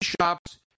shops